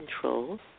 control